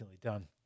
done